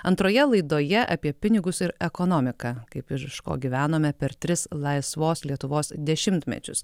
antroje laidoje apie pinigus ir ekonomiką kaip ir iš ko gyvenome per tris laisvos lietuvos dešimtmečius